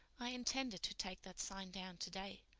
i intended to take that sign down today.